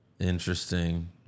Interesting